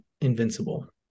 invincible